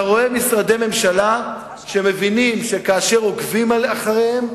אתה רואה משרדי ממשלה שמבינים שכאשר עוקבים אחריהם,